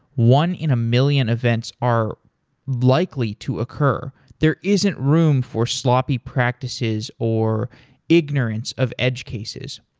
one in a million events are likely to occur. there isn't room for sloppy practices or ignorance of edge cases.